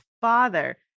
father